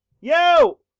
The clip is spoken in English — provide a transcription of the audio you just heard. Yo